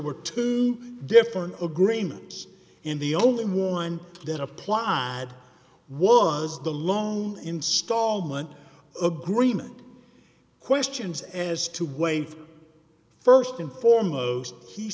were two different agreements in the only one that applied was the loan installment agreement questions as to waive st and foremost he